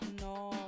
no